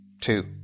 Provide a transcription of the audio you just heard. two